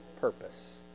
purpose